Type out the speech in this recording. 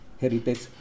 heritage